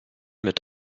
mit